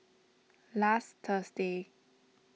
last Thursday